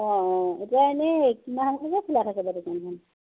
অ অ এতিয়া এনেই কিমান সময়লৈ খোলা থাকে বাৰু দোকানখন